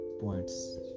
points